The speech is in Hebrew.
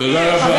תודה רבה, חברים.